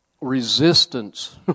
resistance